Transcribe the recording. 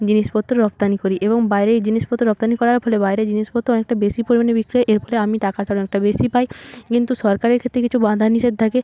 জিনিসপত্র রপ্তানি করি এবং বাইরে জিনিসপত্র রপ্তানি করার ফলে বাইরে জিনিসপত্র অনেকটা বেশি পরিমাণে বিক্রি হয় এর ফলে আমি টাকাটা অনেকটা বেশি পাই কিন্তু সরকারি ক্ষেত্রে কিছু বাধা নিষেধ থাকে